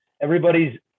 everybody's